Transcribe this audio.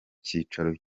cyicaro